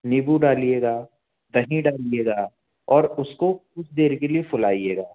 नींबू डालिएगा दही डालिएगा और उसको कुछ देर के लिए फुलाईएगा